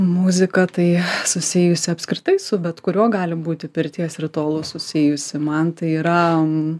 muzika tai susijusi apskritai su bet kuriuo gali būti pirties ritualu susijusi man tai yra m